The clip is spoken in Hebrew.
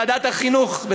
בוועדת החינוך,